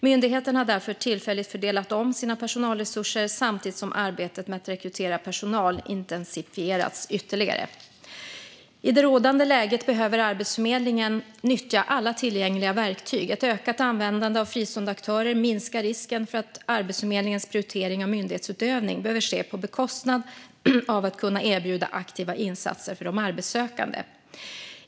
Myndigheten har därför tillfälligt fördelat om sina personalresurser samtidigt som arbetet med att rekrytera personal intensifierats ytterligare. I det rådande läget behöver Arbetsförmedlingen nyttja alla tillgängliga verktyg. Ett ökat användande av fristående aktörer minskar risken för att Arbetsförmedlingens prioritering av myndighetsutövning behöver ske på bekostnad av att kunna erbjuda aktiva insatser för de arbetssökande.